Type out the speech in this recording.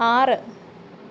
ആറ്